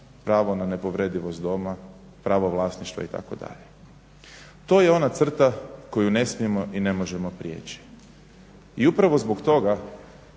pravo na nepovredivost doma, pravo vlasništva itd. To je ona crta koju ne smijemo i ne možemo prijeći. I upravo zbog toga